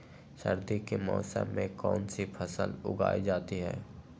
सर्दी के मौसम में कौन सी फसल उगाई जाती है?